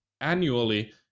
annually